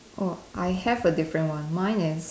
oh I have a different one mine is